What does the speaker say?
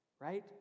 right